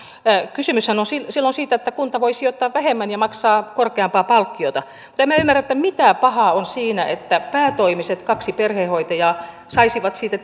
kysymyshän on silloin siitä että kunta voi sijoittaa vähemmän ja maksaa korkeampaa palkkiota mutta en minä ymmärrä mitä pahaa on siinä että päätoimiset kaksi perhehoitajaa saisivat siitä